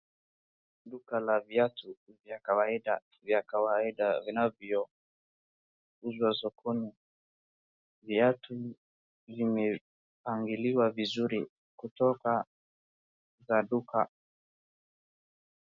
Duka la viatu vya kawaida, vya kawaida vinavyouzwa sokoni. Viatu vimepangiliwa vizuri kutoka za duka.